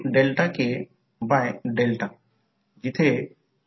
तर v2 M21 d i1 dt कॉइलमध्ये तयार होणारे व्होल्टेज मुख्य गोष्ट आहे